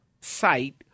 site